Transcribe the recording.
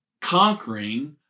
conquering